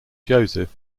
joseph